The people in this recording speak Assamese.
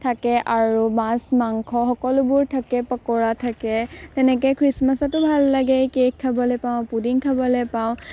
থাকে আৰু মাছ মাংস সকলোবোৰ থাকে পকোৰা থাকে তেনেকৈ খ্ৰীষ্টমাছতো ভাল লাগে কেক খাবলৈ পাওঁ পুডিং খাবলৈ পাওঁ